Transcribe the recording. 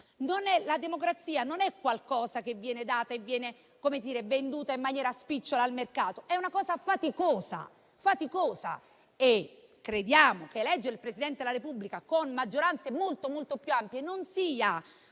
la democrazia non è qualcosa che viene venduta in maniera spicciola al mercato, ma è una cosa faticosa e crediamo che eleggere il Presidente della Repubblica con maggioranze molto, molto più ampie non sia una questione